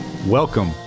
Welcome